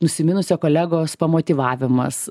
nusiminusio kolegos pamotyvavimas